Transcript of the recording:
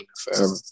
forever